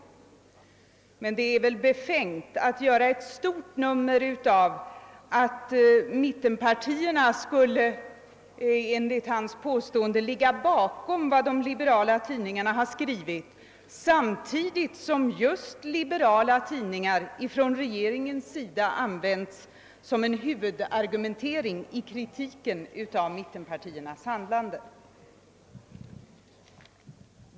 Men det är väl befängt att göra ett stort nummer av att mittenpartierna skulle så som han påstår ligga bakom vad de liberala tidningarna har skrivit, samtidigt som just liberala tidningar ifrån regeringens sida använts som en huvudargumentering i kritiken av mittenpartiernas handlande.